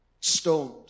stoned